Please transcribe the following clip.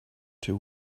two